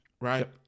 right